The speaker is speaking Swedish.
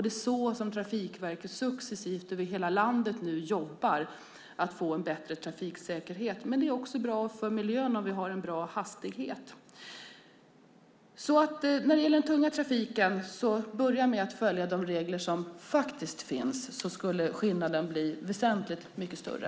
Det är så Trafikverket jobbar nu successivt över hela landet med att få en bättre trafiksäkerhet. Det är också bra för miljön om vi har en bra hastighet. När det gäller den tunga trafiken ska man börja med att följa de regler som faktiskt finns. Då skulle skillnaden bli väsentligt mycket större.